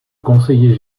conseiller